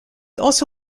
also